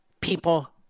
people